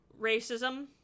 Racism